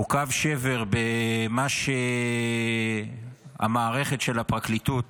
הוא קו שבר במה שהמערכת של הפרקליטות,